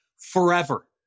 forever